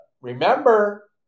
Remember